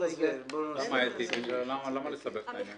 --- למה לסבך את העניין?